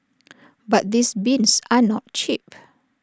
but these bins are not cheap